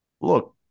Look